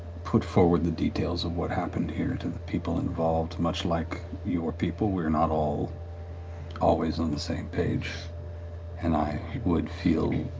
put forward the details of what happened here to the people involved. much like your people, we are not all always on the same page and i would feel.